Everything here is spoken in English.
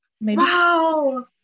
Wow